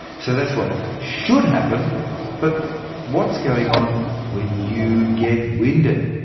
so that's what should happen but what's going on when you get winded?